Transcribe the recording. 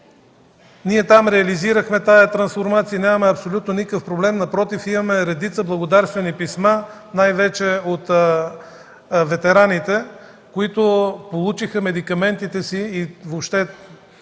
Там реализирахме тази трансформация и нямаме абсолютно никакъв проблем, напротив, имаме редица благодарствени писма, най-вече от ветераните, които получиха медикаментите си и